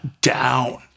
down